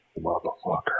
Motherfucker